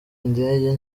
ndege